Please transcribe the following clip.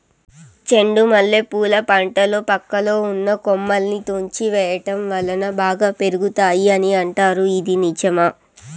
చెండు మల్లె పూల పంటలో పక్కలో ఉన్న కొమ్మలని తుంచి వేయటం వలన బాగా పెరుగుతాయి అని అంటారు ఇది నిజమా?